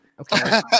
Okay